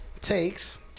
takes